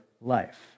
life